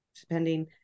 depending